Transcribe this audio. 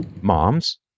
moms